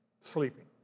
Sleeping